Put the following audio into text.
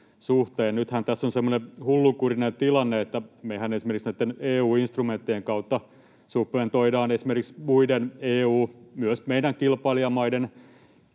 Nythän tässä on semmoinen hullunkurinen tilanne, että mehän esimerkiksi näitten EU-instrumenttien kautta subventoimme muiden EU-maiden, myös meidän kilpailijoidemme,